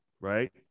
right